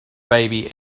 baby